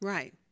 Right